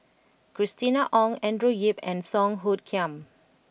Christina Ong Andrew Yip and Song Hoot Kiam